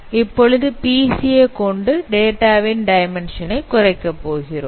இப்பொழுது பிசிஏ கொண்டு டேட்டாவின் டைமென்ஷன் ஐ குறைக்க போகிறோம்